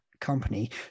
company